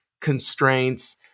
constraints